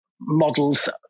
models